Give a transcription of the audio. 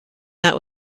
that